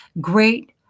Great